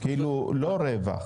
לא רווח.